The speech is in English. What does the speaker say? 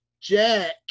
Jack